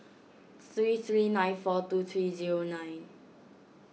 three three nine four two three zero nine